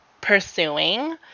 pursuing